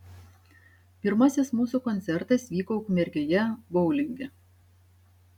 pirmasis mūsų koncertas vyko ukmergėje boulinge